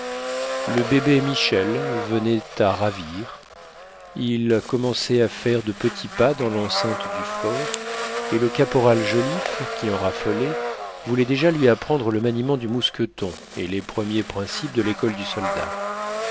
le bébé michel venait à ravir il commençait à faire de petits pas dans l'enceinte du fort et le caporal joliffe qui en raffolait voulait déjà lui apprendre le maniement du mousqueton et les premiers principes de l'école du soldat